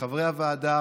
חברי הוועדה,